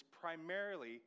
primarily